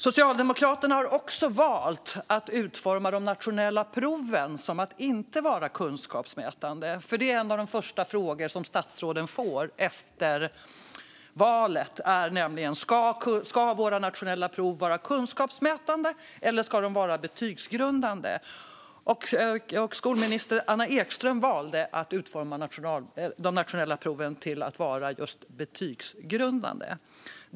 Socialdemokraterna har också valt att utforma de nationella proven att inte vara kunskapsmätande. En av de första frågorna som statsråden får efter valet är nämligen: Ska våra nationella prov vara kunskapsmätande eller betygsgrundande? Skolminister Anna Ekström valde att utforma de nationella proven till att vara just betygsgrundande.